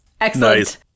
Excellent